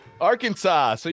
Arkansas